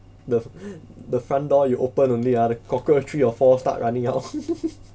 the the front door you open only ah the cockroach three or four start running out